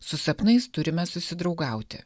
su sapnais turime susidraugauti